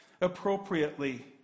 appropriately